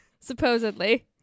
supposedly